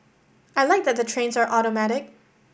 I like that the trains are automatic